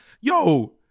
yo